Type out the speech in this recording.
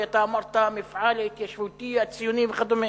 כי אתה אמרת: המפעל ההתיישבותי הציוני וכדומה,